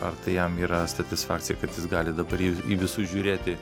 ar tai jam yra satisfakcija kad jis gali dabar į visus žiūrėti